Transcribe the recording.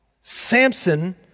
Samson